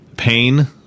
pain